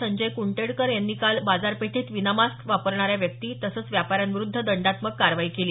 संजय कुंडेटकर यांनी काल बाजारपेठेत विनामास्क फिरणाऱ्या व्यक्ती तसंच व्यापाऱ्यांविरूध्द दंडात्मक कारवाई केली